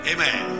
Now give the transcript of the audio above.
Amen